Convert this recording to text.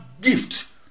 gift